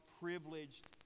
privileged